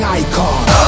icon